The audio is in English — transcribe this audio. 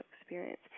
experience